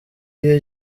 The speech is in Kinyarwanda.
iyo